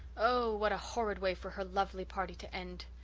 oh, what a horrid way for her lovely party to end!